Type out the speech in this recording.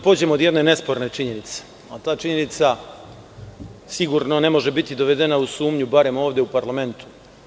Poći ću od jedne nesporne činjenice, a ta činjenica sigurno ne može biti dovedena u sumnju, barem ovde u parlamentu.